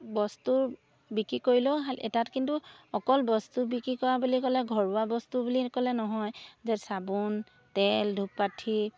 বস্তু বিক্ৰী কৰিলেও তাত কিন্তু অকল বস্তু বিক্ৰী কৰা বুলি ক'লে ঘৰুৱা বস্তু বুলি ক'লে নহয় চাবোন তেল ধূপকাঠি